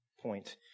point